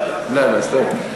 בלבשֹ, טוב.